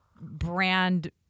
brand